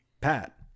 Pat